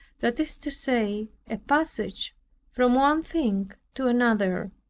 that is to say, a passage from one thing to another.